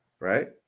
Right